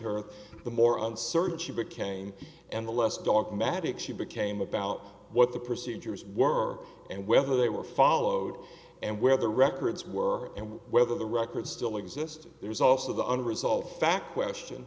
her the more uncertain she became and the less dogmatic she became about what the procedures were and whether they were followed and whether records were and whether the records still exist there's also the unresolved fact question